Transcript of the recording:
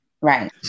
right